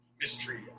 mystery